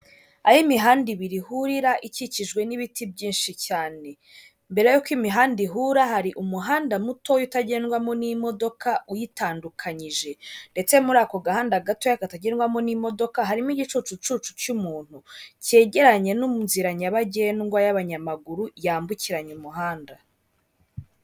Aho imihanda ibiri ihurira ikikijwe n'ibiti byinshi cyane. Mbere y'uko imihanda ihura hari umuhanda muto utagendwamo n'imodoka uyitandukanyije, ndetse muri ako gahanda gatoya katagerwamo n'imodoka harimo igicucucu cy'umuntu cyegeranye no muzira nyabagendwa y'abanyamaguru yambukiranya umuhanda.